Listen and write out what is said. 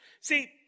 See